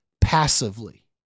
passively